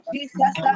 Jesus